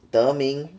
德明